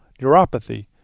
neuropathy